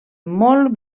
molt